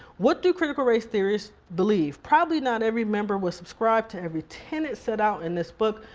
what do critical race theorists believe? probably not every member will subscribe to every tenant set out in this book,